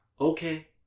Okay